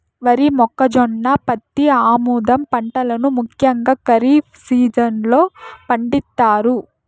వరి, మొక్కజొన్న, పత్తి, ఆముదం పంటలను ముఖ్యంగా ఖరీఫ్ సీజన్ లో పండిత్తారు